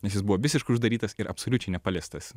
nes jis buvo visiškai uždarytas ir absoliučiai nepaliestas